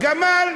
גמל,